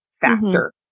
factor